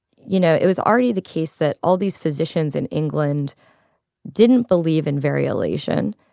you know, it was already the case that all these physicians in england didn't believe in variolation.